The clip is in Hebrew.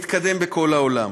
מתקדם בכל העולם.